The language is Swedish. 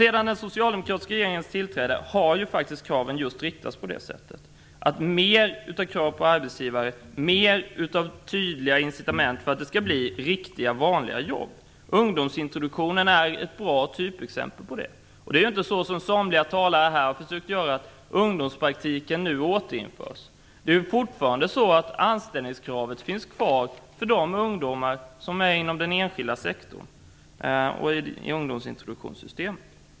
Sedan den socialdemokratiska regeringens tillträde har kraven riktats på det sättet: större krav på arbetsgivarna och tydligare incitament för att det skall bli riktiga, vanliga jobb. Ungdomsintroduktionen är ett bra typexempel på det. Det är inte så som somliga talare här har försökt göra gällande att ungdomspraktiken nu återinförs. Anställningskravet finns kvar för de ungdomar som är inom den enskilda sektorn i ungdomsintroduktionssystemet.